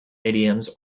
idioms